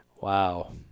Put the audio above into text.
Wow